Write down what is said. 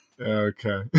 Okay